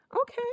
Okay